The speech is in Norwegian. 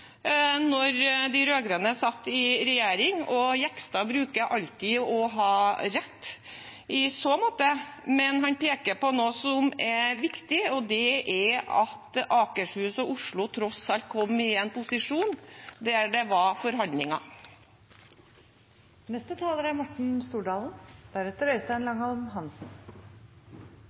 de rød-grønne satt i regjering. Jegstad bruker alltid å ha rett, i så måte, men han peker på noe som er viktig, og det er at Akershus og Oslo tross alt kom i en posisjon der det var forhandlinger.